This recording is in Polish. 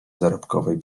zarobkowej